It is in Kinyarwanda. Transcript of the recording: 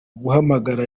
guhamagara